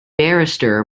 barrister